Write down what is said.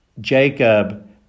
Jacob